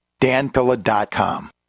danpilla.com